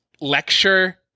lecture